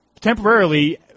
temporarily